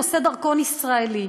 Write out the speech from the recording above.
נושא דרכון ישראלי.